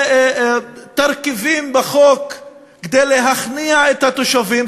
מיני תרכיבים בחוק כדי להכניע את התושבים,